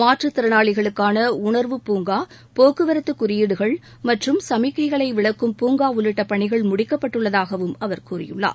மாற்றுத் திறனாளிகளுக்கான உணர்வுப் பூங்கா போக்குவரத்து குறியீடுகள் மற்றும் சமிக்ஞைகளை விளக்கும் பூங்கா உள்ளிட்ட பணிகள் முடிக்கப்பட்டுள்ளதாகவும் அவர் கூறியுள்ளார்